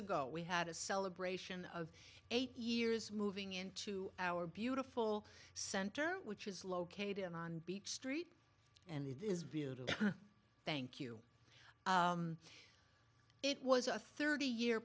ago we had a celebration of eight years moving into our beautiful center which is located on beach street and it is beautiful thank you it was a thirty year